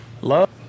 Love